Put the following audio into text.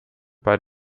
bei